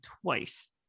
twice